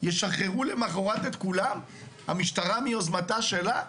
ישחררו למוחרת את כולם המשטרה מיוזמתה שלה?